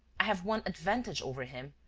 i have one advantage over him,